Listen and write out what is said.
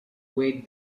wait